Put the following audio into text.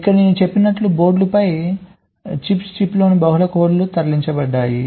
ఇక్కడ నేను చెప్పినట్లు బోర్డులపై చిప్స్ చిప్లోని బహుళ కోర్లకు తరలించబడ్డాయి